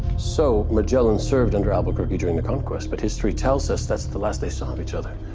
so magellan served under albuquerque during the conquest, but history tells us that's the last they saw of each other.